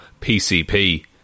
PCP